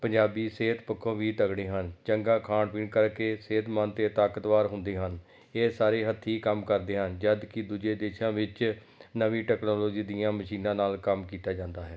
ਪੰਜਾਬੀ ਸਿਹਤ ਪੱਖੋਂ ਵੀ ਤਕੜੇ ਹਨ ਚੰਗਾ ਖਾਣ ਪੀਣ ਕਰਕੇ ਸਿਹਤਮੰਦ ਅਤੇ ਤਾਕਤਵਰ ਹੁੰਦੇ ਹਨ ਇਹ ਸਾਰੇ ਹੱਥੀਂ ਕੰਮ ਕਰਦੇ ਹਨ ਜਦੋਂ ਕਿ ਦੂਜੇ ਦੇਸ਼ਾਂ ਵਿੱਚ ਨਵੀਂ ਟੈਕਨੋਲੋਜੀ ਦੀਆਂ ਮਸ਼ੀਨਾਂ ਨਾਲ ਕੰਮ ਕੀਤਾ ਜਾਂਦਾ ਹੈ